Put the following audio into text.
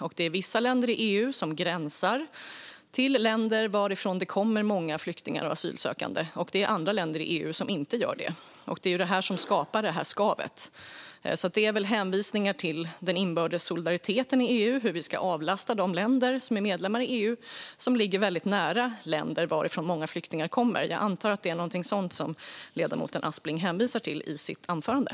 Det finns vissa länder i EU som gränsar till länder varifrån det kommer många flyktingar och asylsökande och andra länder i EU som inte gör det. Det är det som skapar det här skavet. Det som det handlar om är väl hänvisningar till den inbördes solidariteten i EU och hur vi ska avlasta de medlemsländer som ligger väldigt nära länder varifrån många flyktingar kommer. Jag antar att det är någonting sådant som ledamoten Aspling hänvisar till i sin replik.